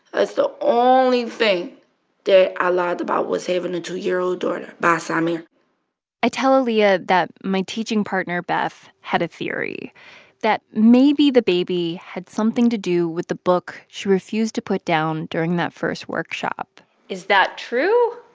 ah so only thing that i lied about was having a two year old daughter by samire i tell aaliyah that my teaching partner beth had a theory that maybe the baby had something to do with the book she refused to put down during that first workshop is that true,